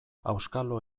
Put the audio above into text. auskalo